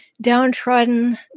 downtrodden